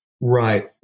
Right